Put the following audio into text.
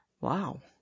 Wow